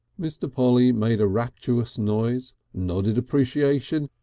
mr. polly made a rapturous noise, nodded appreciation,